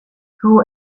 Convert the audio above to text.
who